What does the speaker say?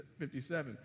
57